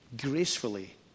gracefully